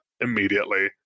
immediately